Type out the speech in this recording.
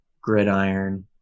Gridiron